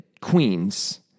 queens